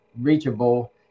reachable